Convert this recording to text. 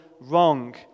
wrong